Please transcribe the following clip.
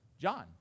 John